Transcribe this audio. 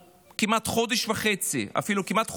נתנו לכנסת חודש וחצי, כמעט חודשיים,